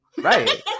right